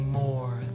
more